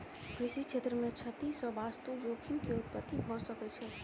कृषि क्षेत्र मे क्षति सॅ वास्तु जोखिम के उत्पत्ति भ सकै छै